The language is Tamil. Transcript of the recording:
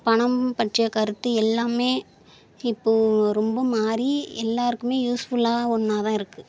பணம் பற்றிய கருத்து எல்லாமே இப்போது ரொம்ப மாறி எல்லோருக்குமே யூஸ்ஃபுல்லாக ஒன்றாதான் இருக்குது